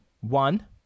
One